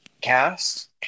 cast